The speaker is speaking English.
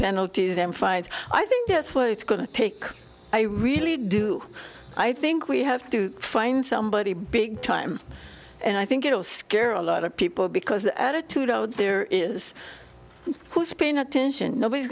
do them fight i think that's what it's going to take i really do i think we have to find somebody big time and i think it'll scare a lot of people because the attitude oh there is who's paying attention nobody's